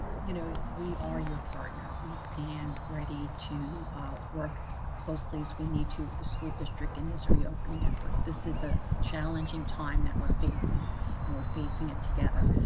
you know, we are your partner. we stand ready to work as closely as we need to with the school district in this reopening effort, this is a challenging time that we're facing and we're facing it together.